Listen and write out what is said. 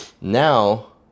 now